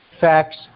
facts